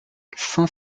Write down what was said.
cinq